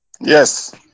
Yes